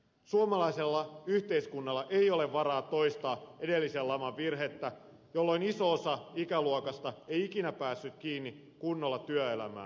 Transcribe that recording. suomalaisella yhteiskunnalla ei ole varaa toistaa edellisen laman virhettä jolloin iso osa ikäluokasta ei ikinä päässyt kunnolla kiinni työelämään